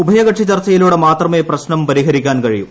ഉഭയകക്ഷി ചർച്ചയിലൂടെ മാത്രമേ പ്രശ്നം പരിഹരിക്കാൻ കഴിയൂ